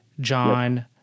John